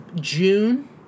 June